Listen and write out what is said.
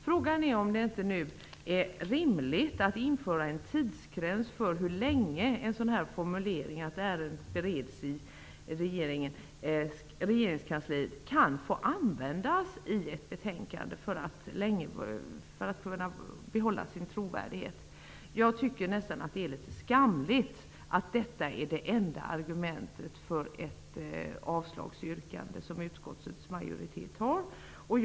Frågan är om det inte är rimligt att införa en tidsgräns för hur länge en formulering som att ärendet bereds i regeringskansliet kan få användas i ett betänkande utan att det mister sin trovärdighet. Jag tycker nästan att det är litet skamligt att detta är det enda argument som utskottets majoritet har för ett avstyrkande.